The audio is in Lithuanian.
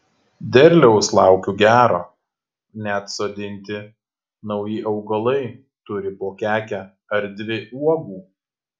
derliaus laukiu gero net sodinti nauji augalai turi po kekę ar dvi uogų